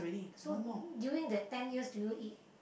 so during that ten years do you eat